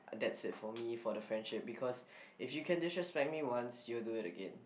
that's it for me for the friendship because if you can disrespect me once you will do it again